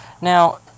Now